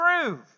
Prove